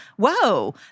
whoa